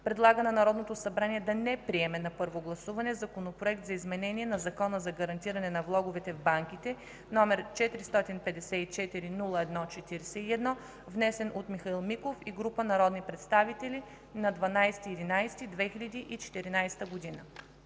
предлага на Народното събрание да не приеме на първо гласуване Законопроект за изменение на Закона за гарантиране на влоговете в банките, № 454-01-41, внесен от Михаил Миков и група народни представители на 12 ноември